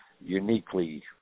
uniquely